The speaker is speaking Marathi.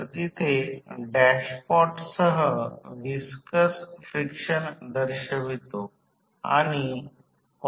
तर 11 12 13 व्होल्ट च्या आसपास 10 अँपिअर प्रवाह वाहात असल्याचे आढळेल